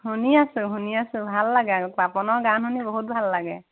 শুনি আছোঁ শুনি আছোঁ ভাল লাগে আৰু পাপনৰ গান শুনি বহুত ভাল লাগে